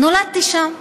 נולדתי שם.